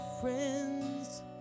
friends